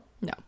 no